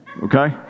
Okay